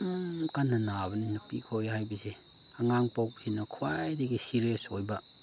ꯑꯗꯨꯝ ꯀꯟꯅ ꯅꯥꯕꯅꯤ ꯅꯨꯄꯤꯈꯣꯏ ꯍꯥꯏꯕꯁꯦ ꯑꯉꯥꯡ ꯄꯣꯛꯄꯁꯤꯅ ꯈ꯭ꯋꯥꯏꯗꯒꯤ ꯁꯦꯔꯤꯌꯁ ꯑꯣꯏꯕ